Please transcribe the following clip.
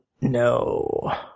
no